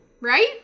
Right